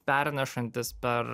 pernešantys per